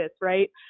right